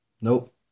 Nope